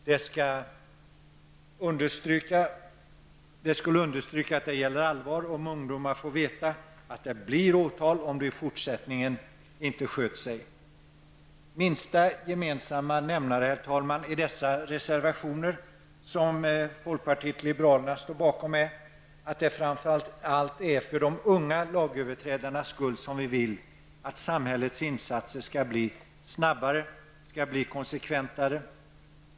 Det skulle understryka att det är allvar om ungdomar får veta att det blir åtal om de i fortsättningen inte sköter sig. Herr talman! Minsta gemensamma nämnare för de reservationer som folkpartiet liberalerna står bakom är att det framför allt är för de unga lagöverträdarnas skull som vi vill att samhällets insatser skall bli snabbare och mer konsekventa.